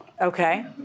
Okay